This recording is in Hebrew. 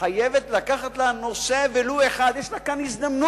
חייבת לקחת לה נושא, ולו אחד, יש לה כאן הזדמנות,